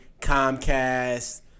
Comcast